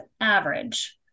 average